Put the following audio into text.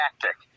tactic